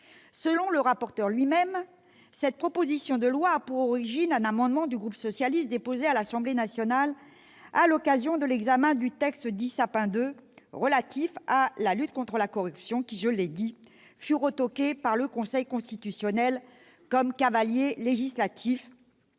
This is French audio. Selon le rapporteur lui-même, cette proposition de loi a pour origine un amendement du groupe socialiste déposé à l'Assemblée nationale à l'occasion de l'examen du texte dit Sapin II relatif à la lutte contre la corruption, qui, je l'ai dit, fut retoqué par le Conseil constitutionnel comme étant un cavalier législatif